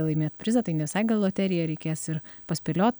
laimėt prizą tai nevisai gal loterija reikės ir paspėlio